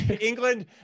england